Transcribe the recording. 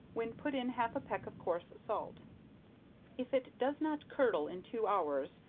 when put in half a peck of coarse salt if it does not curdle in two hours,